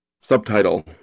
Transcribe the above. Subtitle